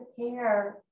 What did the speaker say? care